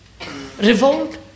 Revolt